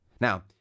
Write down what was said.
Now